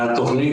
מהתוכנית.